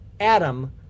Adam